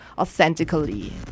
authentically